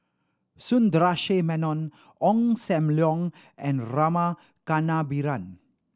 Sundaresh Menon Ong Sam Leong and Rama Kannabiran